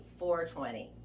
420